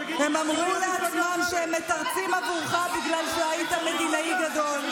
אז הם אמרו לעצמם שהם מתרצים עבורך בגלל שהיית מדינאי גדול,